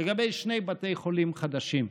על כך שיש שני בתי חולים חדשים,